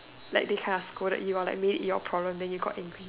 like they kind of scolded you or like made it your problem then you got angry